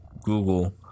Google